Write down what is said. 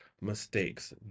mistakes